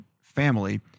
family